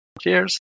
Cheers